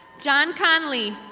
john conley.